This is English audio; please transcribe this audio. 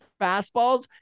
fastballs